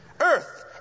earth